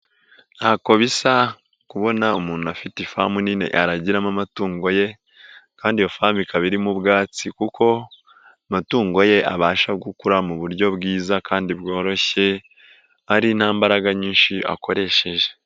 Ntako bisa kubona umuntu afite ifamu nini aragiramo amatungo ye kandi iyo famu ikaba irimo ubwatsi, kuko amatungo ye abasha gukura mu buryo bwiza kandi bworoshye ari nta mbaraga nyinshi akoresheje